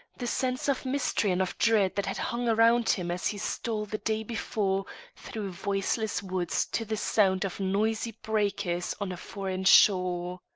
the sense of mystery and of dread that had hung round him as he stole the day before through voiceless woods to the sound of noisy breakers on a foreign shore.